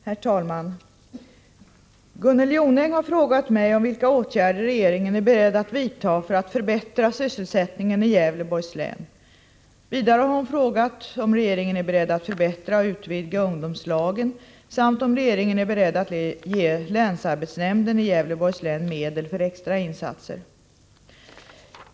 Herr talman! Gunnel Jonäng har frågat mig om vilka åtgärder regeringen är beredd att vidta för att förbättra sysselsättningen i Gävleborgs län. Vidare har hon frågat om regeringen är beredd att förbättra och utvidga ungdomslagen samt om regeringen är beredd att ge länsarbetsnämnden i Gävleborgs län medel för extra insatser.